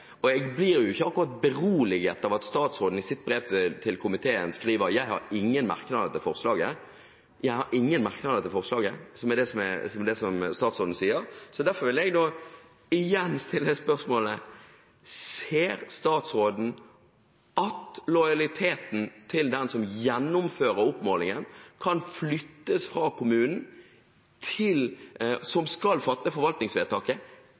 Jeg blir ikke akkurat beroliget av at statsråden i sitt brev til komiteen skriver: «Jeg har ingen merknader til forslaget», som er det statsråden sier. Derfor vil jeg igjen stille spørsmålet: Ser statsråden at lojaliteten til den som gjennomfører oppmålingen, kan flyttes fra kommunen, som skal fatte forvaltningsvedtaket,